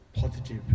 positive